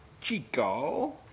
Chico